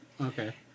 Okay